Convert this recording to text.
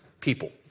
people